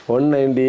198